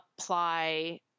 apply